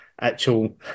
actual